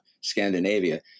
Scandinavia—